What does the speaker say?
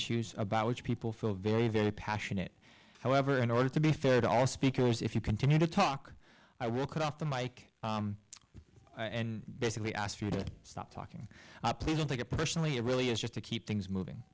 issues about which people feel very very passionate however in order to be fair to all speakers if you continue to talk i will cut off the mike and basically ask you to stop talking please don't take it personally it really is just to keep things moving